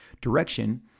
direction